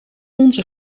onze